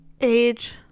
Age